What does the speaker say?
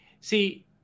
See